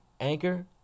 Anchor